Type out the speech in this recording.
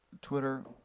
twitter